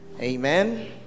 Amen